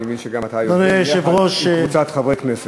אני מבין שאתה היוזם יחד עם קבוצת חברי כנסת.